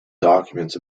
documents